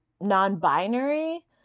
non-binary